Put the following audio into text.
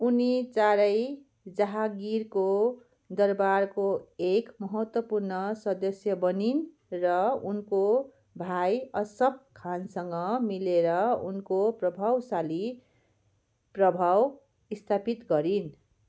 उनी चाँडै जहाँगीरको दरबारको एक महत्त्वपूर्ण सदस्य बनी र उनको भाइ असफ खानसँग मिलेर उनको प्रभावशाली प्रभाव स्थापित गरिन्